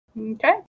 Okay